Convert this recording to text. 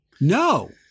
No